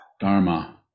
Dharma